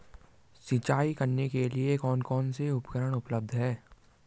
सिंचाई करने के लिए कौन कौन से उपकरण उपलब्ध हैं?